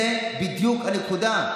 זו בדיוק הנקודה.